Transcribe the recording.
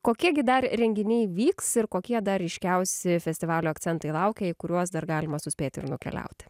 kokie gi dar renginiai vyks ir kokie dar ryškiausi festivalio akcentai laukia į kuriuos dar galima suspėti ir nukeliauti